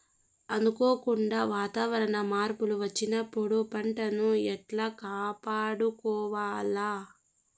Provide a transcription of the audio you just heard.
అనుకోకుండా వాతావరణ మార్పులు వచ్చినప్పుడు పంటను ఎట్లా కాపాడుకోవాల్ల?